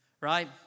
right